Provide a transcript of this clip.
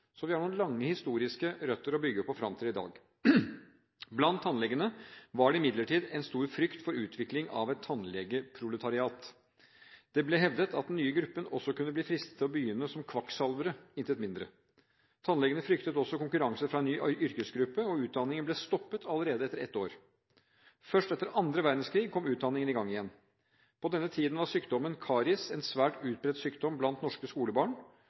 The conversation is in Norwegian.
Så vi har noen lange historiske røtter å bygge på fram til i dag. Blant tannlegene var det imidlertid en stor frykt for utvikling av et tannlegeproletariat. Det ble hevdet at den nye gruppen også kunne bli fristet til å begynne som kvakksalvere – intet mindre. Tannlegene fryktet også konkurranse fra en ny yrkesgruppe. Utdanningen ble stoppet allerede etter ett år. Først etter annen verdenskrig kom utdanningen i gang igjen. På denne tiden var sykdommen karies en svært utbredt sykdom blant norske skolebarn.